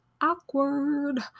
awkward